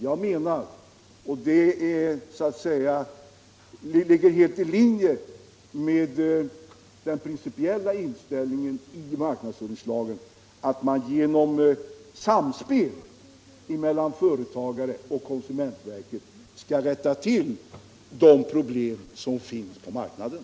Jag menar — och det ligger helt i linje med den principiella inställningen i marknadsföringslagen —- att man genom samspel mellan företagare och konsumentverket skall rätta till de problem som finns på marknaden.